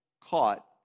caught